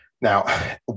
Now